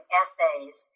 essays